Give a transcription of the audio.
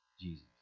Jesus